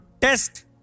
test